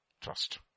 Trust